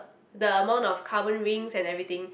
the amount of carbon rings and everything